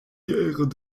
guerres